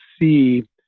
see